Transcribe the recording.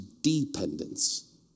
dependence